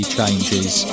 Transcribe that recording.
Changes